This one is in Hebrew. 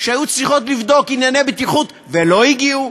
שהיו צריכות לבדוק ענייני בטיחות ולא הגיעו,